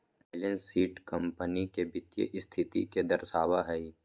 balance sheet company के वित्तीय स्थिति के दर्शावा हई